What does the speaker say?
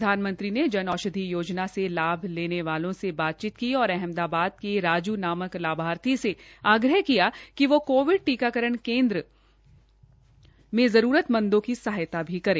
प्रधानमंत्री ने जन औषधि योजना से लाभ लेने वालों से बातचीत की और अहमदाबाद के राजू नामक लाभार्थी से आग्रह किया कि वो कोविड टीकाकरण केन्द्र में जरूरतमंदो की सहायता भी करे